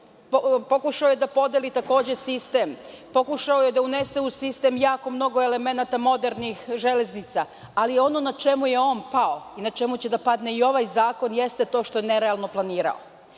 pokušao je da podeli sistem, pokušao je da unese u sistem jako mnogo elemenata modernih železnica, ali ono na čemu je on pao i na čemu će da padne i ovaj zakon jeste to što je nerealno planirao.